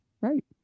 Right